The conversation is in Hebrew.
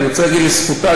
אני רוצה להגיד לזכותה,